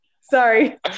Sorry